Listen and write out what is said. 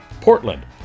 Portland